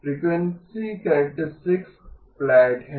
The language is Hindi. फ़्रीक्वेंसी कैरेक्टरिस्टिक फ्लैट है